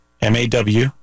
M-A-W